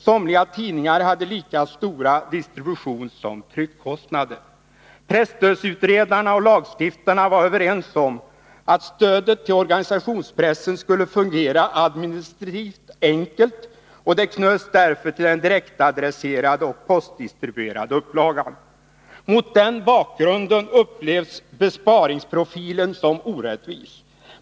Somliga tidningar hade lika stora distributionssom tryckkostnader. Presstödsutredarna och lagstiftarna var överens om att stödet till organisationspressen skulle fungera administrativt enkelt, och det knöts därför till den direkt-adresserade och postdistribuerade upplagan. Mot den bakgrunden upplevs besparingsprofilen som orättvis.